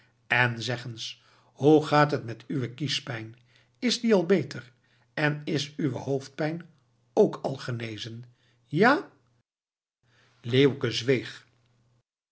en zeg eens hoe gaat het met uwe kiespijn is die al beter en is uwe hoofdpijn ook al genezen ja leeuwke zweeg